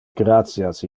gratias